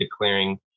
declaring